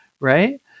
Right